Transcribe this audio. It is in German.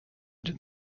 den